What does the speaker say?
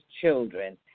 children